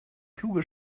fluge